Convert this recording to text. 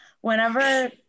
Whenever